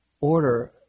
order